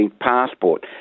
passport